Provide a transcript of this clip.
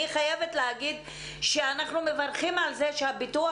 אני חייבת להגיד שאנחנו מברכים על זה שהביטוח